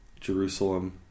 Jerusalem